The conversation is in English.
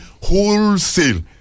wholesale